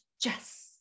Jess